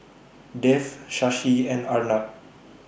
Dev Shashi and Arnab